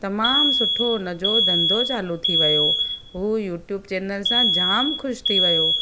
तमामु सुठो उन जो धंधो चालू थी वियो हू यूट्यूब चैनल सां जाम ख़ुशि थी वियो